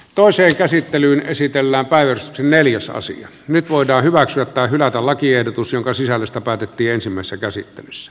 toiseen käsittelyyn esitellään vain neljäsosa nyt voidaan hyväksyä tai hylätä lakiehdotus jonka sisällöstä päätettiinsemmassa käsittelyssä